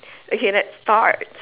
okay let's start